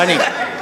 דני,